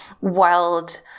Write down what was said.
wild